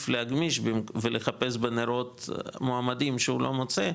להגמיש ולחפש בנרות מועמדים שהוא לא מוצא,